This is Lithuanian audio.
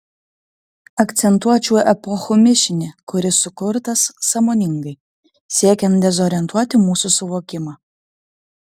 akcentuočiau epochų mišinį kuris sukurtas sąmoningai siekiant dezorientuoti mūsų suvokimą